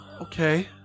Okay